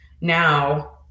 now